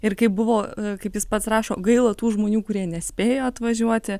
ir kaip buvo kaip jis pats rašo gaila tų žmonių kurie nespėjo atvažiuoti